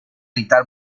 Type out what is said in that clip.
militar